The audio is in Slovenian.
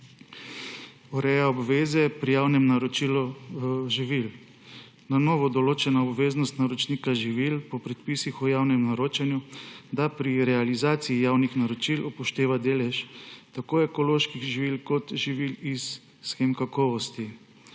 Ureja obveze pri javnem naročilu živil, na novo je določena obveznost naročnika živil po predpisih o javnem naročanju, da pri realizaciji javnih naročil upošteva delež tako ekoloških živil kot živil iz shem kakovosti.